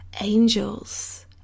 angels